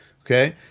Okay